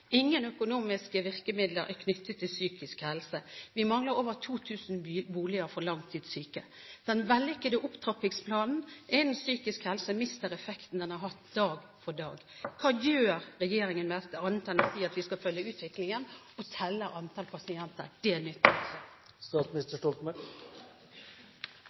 Ingen økonomiske virkemidler er knyttet til psykisk helse. Vi mangler over 2 000 nye boliger for langtidssyke. Den vellykkede opptrappingsplanen innen psykisk helse mister effekten den har hatt, dag for dag. Hva gjør regjeringen med dette, annet enn å si at vi skal følge utviklingen og telle antall pasienter? Det nytter ikke. Jeg er